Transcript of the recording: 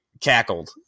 cackled